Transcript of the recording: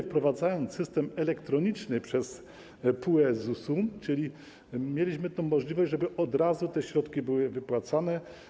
Wprowadziliśmy system elektroniczny przez PUE ZUS-u, czyli mieliśmy tę możliwość, żeby od razu te środki były wypłacane.